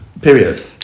period